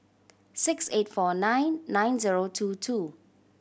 six eight four nine nine zero two two